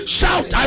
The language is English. Shout